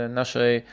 naszej